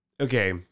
Okay